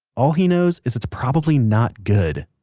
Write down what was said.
all he knows is it's probably not good